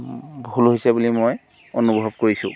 ভুল হৈছে বুলি মই অনুভৱ কৰিছোঁ